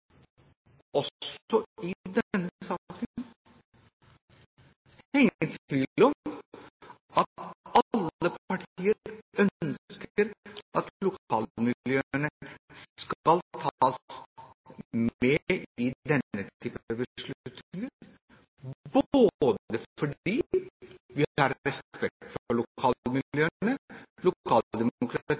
også i denne saken. Det er ingen tvil om at alle partier ønsker at lokalmiljøene skal tas med i denne type beslutninger, fordi vi har respekt for lokalmiljøene og lokaldemokratiet,